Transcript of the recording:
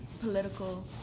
political